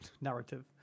narrative